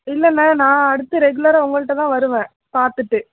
இல்லை அண்ணா நான் அடுத்து ரெகுலராக உங்கள்கிட்டதான் வருவேன் பார்த்துட்டு